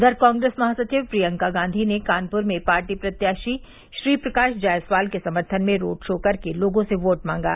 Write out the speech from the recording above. उधर कांग्रेस महासचिव प्रियंका गांधी ने कानपुर में पार्टी प्रत्याशी श्रीप्रकाश जायसवाल के सम्थन में रोड शो कर के लोगों से वोट मांगा